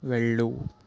వెళ్ళు